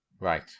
Right